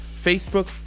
Facebook